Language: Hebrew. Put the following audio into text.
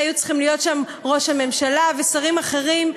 והיו צריכים להיות שם ראש הממשלה ושרים אחרים,